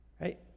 Right